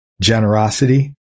generosity